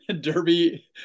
Derby